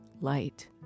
light